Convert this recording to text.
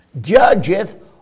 judgeth